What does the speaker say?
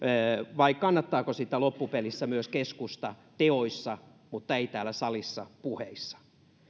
vai kannattaako sitä loppupelissä myös keskusta teoissa mutta ei täällä salissa puheissa